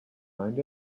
find